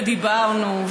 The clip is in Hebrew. ודיברנו,